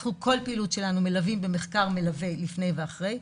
כל פעילות שלנו אנחנו מלווים במחקר לפני ואחרי.